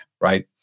right